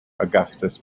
augustus